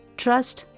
trust